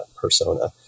persona